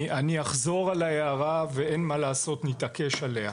אני אחזור על ההערה, ואין מה לעשות, נתעקש עליה.